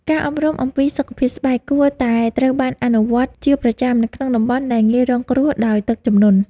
ការអប់រំអំពីសុខភាពស្បែកគួរតែត្រូវបានអនុវត្តជាប្រចាំនៅក្នុងតំបន់ដែលងាយរងគ្រោះដោយទឹកជំនន់។